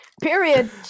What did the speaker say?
Period